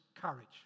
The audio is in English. courage